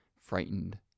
frightened